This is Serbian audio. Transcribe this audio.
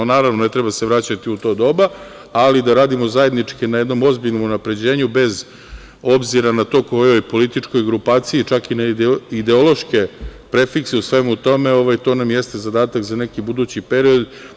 Naravno, ne treba se vraćati u to doba, ali da radimo zajednički na jednom ozbiljnom unapređenju bez obzira na to kojoj političkoj grupaciji, čak i na ideološke prefikse u svemu tome, to nam jeste zadatak za neki budući period.